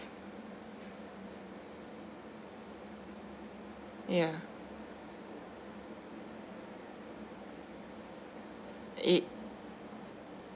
ya it